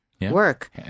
work